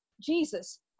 Jesus